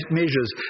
measures